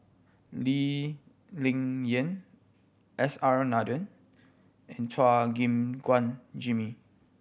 Lee Ling Yen S R Nathan and Chua Gim Guan Jimmy